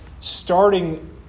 starting